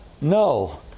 No